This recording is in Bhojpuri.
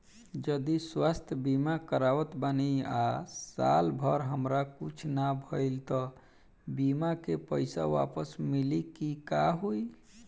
जदि स्वास्थ्य बीमा करावत बानी आ साल भर हमरा कुछ ना भइल त बीमा के पईसा वापस मिली की का होई?